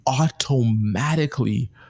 automatically